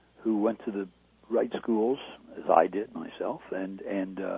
who went to the right schools divided myself and and